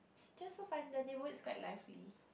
just so fun the neighbourhood is quite lively